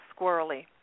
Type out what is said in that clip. squirrely